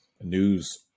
news